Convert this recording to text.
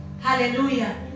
hallelujah